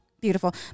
Beautiful